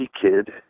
kid